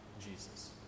Jesus